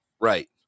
right